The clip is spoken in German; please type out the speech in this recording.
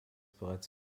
bereits